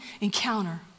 encounter